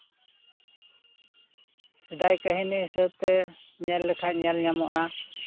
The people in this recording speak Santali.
ᱥᱮᱫᱟᱭ ᱠᱟᱹᱦᱱᱤ ᱦᱤᱸᱥᱟᱹᱵᱛᱮ ᱧᱮᱞ ᱞᱮᱠᱷᱟᱡ ᱧᱮᱞ ᱧᱟᱢᱚᱜᱼᱟ